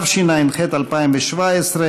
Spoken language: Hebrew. התשע"ח